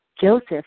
Joseph